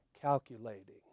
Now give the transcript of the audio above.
calculating